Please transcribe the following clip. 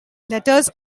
letters